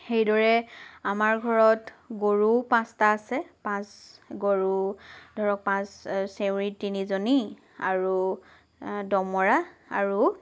সেইদৰে আমাৰ ঘৰত গৰুও পাঁচটা আছে পাঁচ গৰু ধৰক পাঁচ চেঁউৰী তিনিজনী আৰু দমৰা আৰু